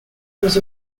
was